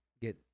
get